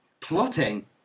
plotting